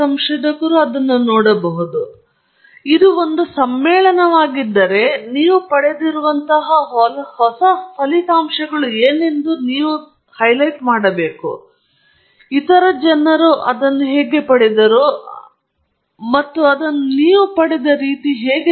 ಇದು ಒಂದು ಸಮ್ಮೇಳನವಾಗಿದ್ದರೆ ಸ್ವಲ್ಪ ಹಿನ್ನೆಲೆ ಹಿನ್ನೆಲೆಯಲ್ಲಿ ಪ್ರಸ್ತುತಿ ಮಾಡಿದ ನಂತರ ನೀವು ಹೈಲೈಟ್ ಮಾಡಬೇಕು ನೀವು ಪಡೆದಿರುವಂತಹ ಹೊಸ ಫಲಿತಾಂಶಗಳು ಏನೆಂದು ಹೈಲೈಟ್ ಮಾಡಬೇಕು ಇತರ ಜನರು ಯಾವುದನ್ನು ಪಡೆದರು ಅಥವಾ ಹೊಸ ಅಂಶವನ್ನು ಹೈಲೈಟ್ ಮಾಡುತ್ತಾರೆ ಇತರ ಜನರು ಅನ್ವೇಷಿಸದ ಆ ಕೆಲಸದ ಪ್ರದೇಶ ಆದ್ದರಿಂದ ನೀವು ಹೈಲೈಟ್ ಮಾಡಬೇಕಾದ ವಿಷಯ